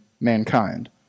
mankind